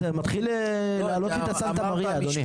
זה מתחיל להעלות לי את הסנטה מריה, אדוני.